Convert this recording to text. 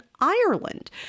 Ireland